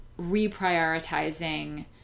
reprioritizing